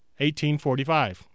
1845